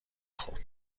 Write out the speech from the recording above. خورد